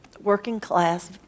working-class